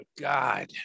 God